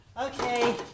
Okay